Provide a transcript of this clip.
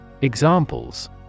Examples